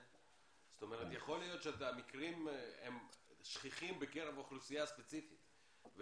יכול להיות שהמקרים הם שכיחים בקרב אוכלוסייה ספציפית אבל